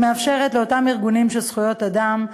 שמאפשרת לאותם ארגונים של זכויות אדם,